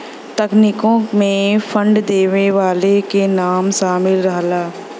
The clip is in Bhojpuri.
तकनीकों मे फंड देवे वाले के नाम सामिल रहला